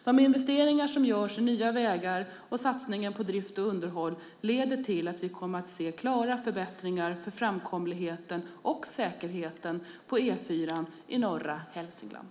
De investeringar som görs i nya vägar och satsningen på drift och underhåll leder till att vi kommer att se klara förbättringar för framkomligheten och säkerheten på E4 i norra Hälsingland.